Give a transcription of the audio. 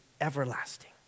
everlasting